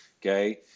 okay